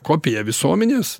kopija visuomenės